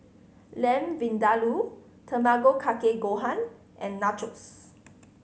Lamb Vindaloo Tamago Kake Gohan and Nachos